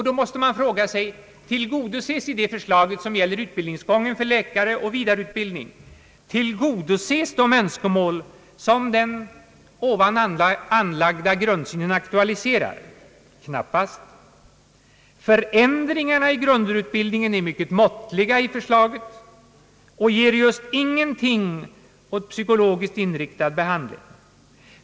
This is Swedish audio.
Då måste man fråga sig: Tillgodoses i det förslag, som gäller utbildningsgången för läkare och deras vidareutbildning, de önskemål som den här anlagda grundsynen aktualiserar? Knappast. Förändringarna i grundutbildningen är i förslaget mycket måttliga och ger just ingenting åt psykologiskt inriktad behandling.